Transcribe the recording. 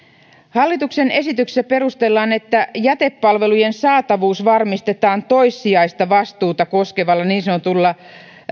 hallituksen esityksessä perustellaan että jätepalvelujen saatavuus varmistetaan toissijaista vastuuta koskevalla niin sanotulla